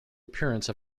appearance